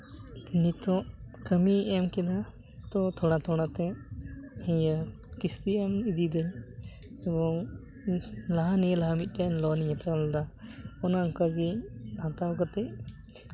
ᱱᱤᱛᱚᱜ ᱠᱟᱹᱢᱤ ᱮᱢ ᱠᱮᱫᱟ ᱛᱳ ᱛᱷᱚᱲᱟ ᱛᱷᱚᱲᱟ ᱛᱮ ᱤᱭᱟᱹ ᱠᱤᱥᱛᱤ ᱮᱢ ᱤᱫᱤᱭᱮᱫᱟᱹᱧ ᱛᱚ ᱞᱟᱦᱟ ᱱᱤᱭᱟᱹ ᱞᱟᱦᱟ ᱢᱤᱫᱴᱮ ᱞᱳᱱ ᱤᱧ ᱦᱟᱛᱟᱣ ᱞᱮᱫᱟ ᱚᱱᱮ ᱚᱱᱠᱟᱜᱮ ᱦᱟᱛᱟᱣ ᱠᱟᱛᱮᱫ